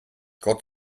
gott